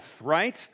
right